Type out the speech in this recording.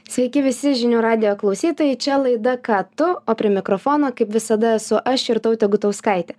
sveiki visi žinių radijo klausytojai čia laida ką tu o prie mikrofono kaip visada esu aš ir irtautė gutauskaitė